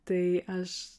tai aš